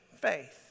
faith